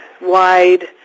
wide